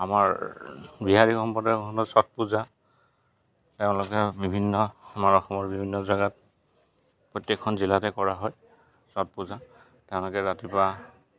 আমাৰ বিহাৰী সম্প্ৰদায়সকলে ছটপূজা তেওঁলোকে বিভিন্ন আমাৰ অসমৰ বিভিন্ন জেগাত প্ৰত্যেকখন জিলাতে কৰা হয় ছটপূজা তেওঁলোকে ৰাতিপুৱা